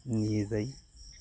নিয়ে যাই